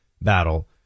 battle